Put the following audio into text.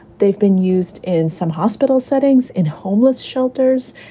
they've been used in some hospital settings, in homeless shelters,